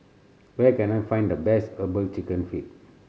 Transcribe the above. where can I find the best Herbal Chicken Feet